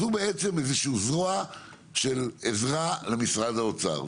אז הוא בעצם זרוע של עזרה למשרד האוצר.